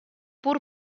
pur